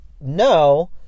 no